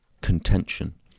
contention